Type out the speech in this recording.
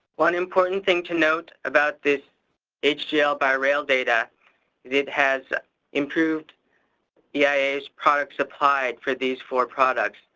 one important thing to note about this hgl-by-rail data, is it has improved yeah eia's products supplied for these four products.